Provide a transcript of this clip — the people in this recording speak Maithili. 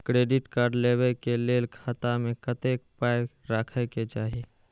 क्रेडिट कार्ड लेबै के लेल खाता मे कतेक पाय राखै के चाही?